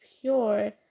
pure